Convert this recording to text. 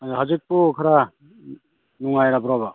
ꯍꯧꯖꯤꯛꯄꯨ ꯈꯔ ꯅꯨꯡꯉꯥꯏꯔꯕ꯭ꯔꯣꯕ